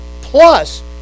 plus